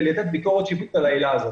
לתת ביקורת שיפוטית על העילה הזאת.